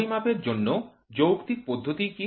পরিমাপের জন্য যৌক্তিক পদ্ধতি কী